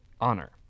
Honor